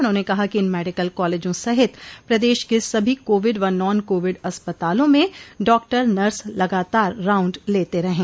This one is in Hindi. उन्होंने कहा कि इन मेडिकल कालेजों सहित प्रदेश के सभी कोविड व नॉन कोविड अस्पतालों में डाक्टर नर्स लगातार राउण्ड लेते रहें